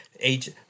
age